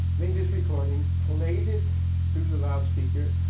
made this recording, played it through the loudspeaker,